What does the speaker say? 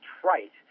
trite